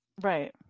Right